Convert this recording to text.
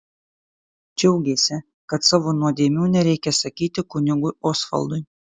džiaugėsi kad savo nuodėmių nereikia sakyti kunigui osvaldui